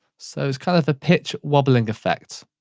so it's kind of a pitch wobbling effect.